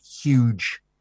huge